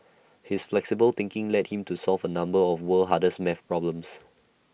his flexible thinking led him to solve A number of world hardest math problems